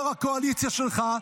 יו"ר הקואליציה שלך,